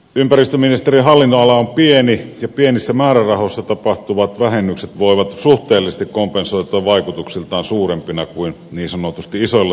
ympäristöministeriön hallinnonala on pieni ja pienissä määrärahoissa tapahtuvat vähennykset voivat suhteellisesti kompensoitua vaikutuksiltaan suurempina kuin niin sanotusti isoilla toimialoilla